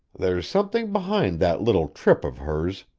there's something behind that little trip of hers,